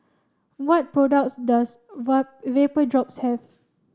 what products does Vapodrops have